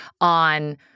on